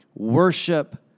worship